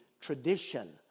tradition